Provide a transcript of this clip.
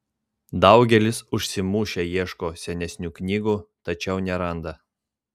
daugelis užsimušę ieško senesnių knygų tačiau neranda